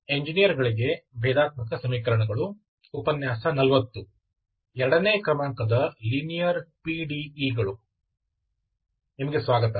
ಎರಡನೇ ಕ್ರಮಾಂಕದ linear PDE ಗಳು ನಿಮಗೆ ಸ್ವಾಗತ